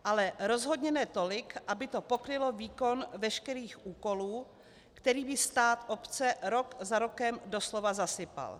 Ale rozhodně ne tolik, aby to pokrylo výkon veškerých úkolů, kterými stát obce rok za rokem doslova zasypal.